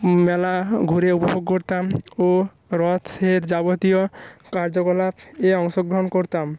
মেলা ঘুরে উপভোগ করতাম ও রথ এর যাবতীয় কার্যকলাপ এ অংশগ্রহণ করতাম